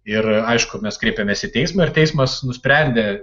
ir aišku mes kreipėmės į teismą ir teismas nusprendė